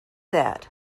that